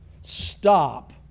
stop